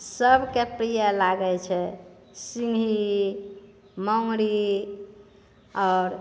सबके प्रिय लागैत छै सिन्घी मङ्गुरी आओर